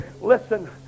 Listen